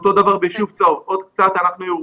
אותו דבר ביישוב צהוב: "עוד קצת אנחנו ירוקים".